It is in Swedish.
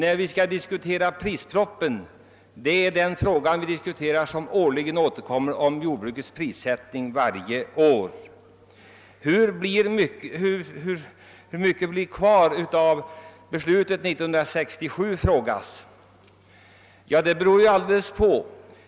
Prispropositionen rör ju frågor om jordbrukets prissättning och återkommer varje år. Det frågades hur mycket som blir kvar av 1967 års beslut. Det beror på olika faktorer.